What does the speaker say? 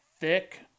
Thick